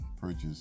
purchase